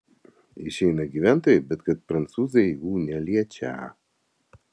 išeina gyventojai bet kad prancūzai jų neliečią